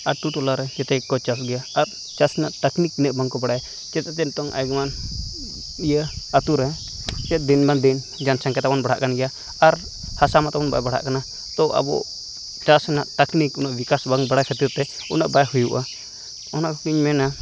ᱟᱛᱩᱼᱴᱚᱞᱟᱨᱮ ᱡᱮᱛᱮᱜᱮᱠᱚ ᱪᱟᱥ ᱜᱮᱭᱟ ᱟᱨ ᱪᱟᱥ ᱨᱮᱱᱟᱜ ᱛᱟᱠᱱᱤᱠ ᱛᱤᱱᱟᱹᱜ ᱵᱟᱝᱠᱚ ᱵᱟᱲᱟᱭᱟ ᱪᱮᱫᱟᱜ ᱡᱮ ᱱᱤᱛᱚᱝ ᱟᱭᱩᱢᱟᱹᱱ ᱤᱭᱟᱹ ᱟᱹᱛᱩᱨᱮ ᱪᱮ ᱫᱤᱱᱢᱟ ᱫᱤᱱ ᱡᱚᱱᱥᱚᱝᱠᱷᱟ ᱛᱟᱵᱚᱱ ᱵᱟᱲᱦᱟᱜ ᱠᱟᱱ ᱜᱮᱭᱟ ᱟᱨ ᱦᱟᱥᱟᱢᱟ ᱛᱟᱵᱚᱱ ᱵᱟᱭ ᱵᱟᱲᱦᱟᱜ ᱠᱟᱱᱟ ᱛᱳ ᱟᱵᱚ ᱪᱟᱥ ᱨᱮᱱᱟᱜ ᱛᱟᱠᱱᱤᱠ ᱩᱱᱟᱹᱜ ᱵᱤᱠᱟᱥ ᱵᱟᱝ ᱵᱟᱲᱟᱭ ᱠᱷᱟᱹᱛᱤᱨᱛᱮ ᱩᱱᱟᱹᱜ ᱵᱟᱭ ᱦᱩᱭᱩᱜᱼᱟ ᱚᱱᱟ ᱠᱚᱜᱮᱧ ᱢᱮᱱᱟ